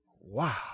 wow